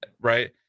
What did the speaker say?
right